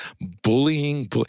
bullying